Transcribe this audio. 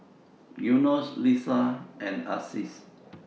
Yunos Lisa and Aziz